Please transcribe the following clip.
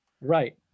Right